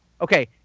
Okay